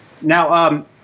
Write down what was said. Now